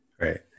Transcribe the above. Right